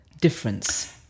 difference